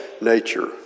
nature